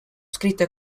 scritte